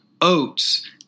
oats